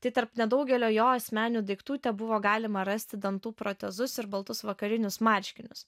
tai tarp nedaugelio jo asmeninių daiktų tebuvo galima rasti dantų protezus ir baltus vakarinius marškinius